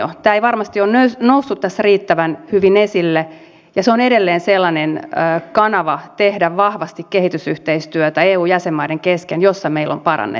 tämä ei varmasti ole noussut tässä riittävän hyvin esille ja se on edelleen sellainen kanava tehdä vahvasti kehitysyhteistyötä eu jäsenmaiden kesken jossa meillä on parannettavaa